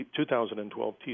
2012